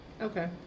Okay